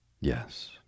Yes